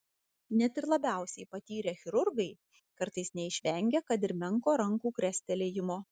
net ir labiausiai patyrę chirurgai kartais neišvengia kad ir menko rankų krestelėjimo